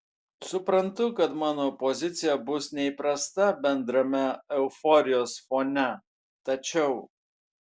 suprantu kad mano pozicija bus neįprasta bendrame euforijos fone tačiau